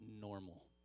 normal